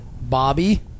Bobby